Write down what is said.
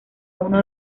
uno